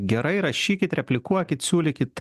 gerai rašykit replikuokit siūlykit